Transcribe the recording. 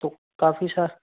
तो काफ़ी सा